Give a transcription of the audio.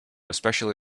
especially